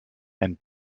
and